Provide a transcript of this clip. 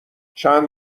چند